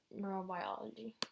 neurobiology